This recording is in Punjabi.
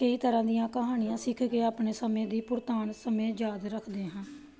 ਕਈ ਤਰ੍ਹਾਂ ਦੀਆਂ ਕਹਾਣੀਆਂ ਸਿੱਖ ਕੇ ਆਪਣੇ ਸਮੇਂ ਦੀ ਪੁਰਾਤਨ ਸਮੇਂ ਯਾਦ ਰੱਖਦੇ ਹਾਂ